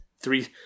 Three